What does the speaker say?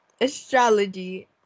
Astrology